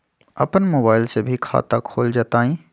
अपन मोबाइल से भी खाता खोल जताईं?